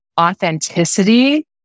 authenticity